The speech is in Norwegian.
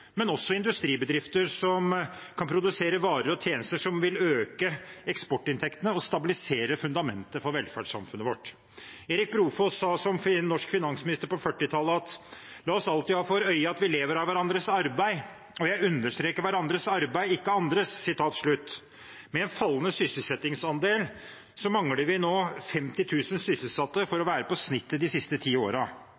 men også industribedrifter som kan produsere varer og tjenester som vil øke eksportinntektene og stabilisere fundamentet for velferdssamfunnet vårt. Erik Brofoss sa som norsk finansminister på 1940-tallet: «La oss alltid ha for øye at vi lever av hverandres arbeid, og jeg understreker hverandres arbeid, ikke andres.» Med en fallende sysselsettingsandel mangler vi nå 50 000 sysselsatte for